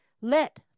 Let